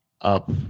Up